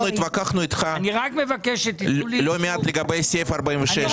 אנחנו התווכחנו איתך לא מעט לגבי סעיף 46,